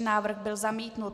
Návrh byl zamítnut.